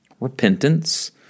repentance